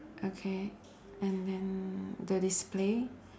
okay and then the display